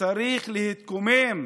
צריך להתקומם